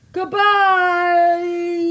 Goodbye